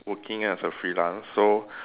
working as a freelance so